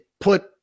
put